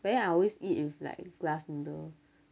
but then I always eat with like glass noodle